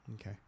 okay